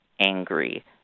angry